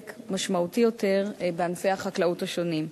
משמעותי יותר בענפי החקלאות השונים.